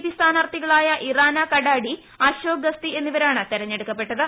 P സ്ഥാന്ട്രർത്ഥികളായ ഇറാന കടാടി അശോക് ഗസ്ഥി എന്നിവരാണ് തെൽക്ക്കപ്പെട്ടത്